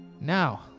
now